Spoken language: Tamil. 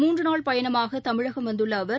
மூன்றுநாள் பயணமாகதமிழகம் வந்துள்ளஅவர்